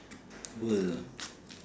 world